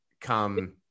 come